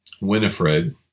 Winifred